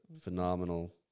phenomenal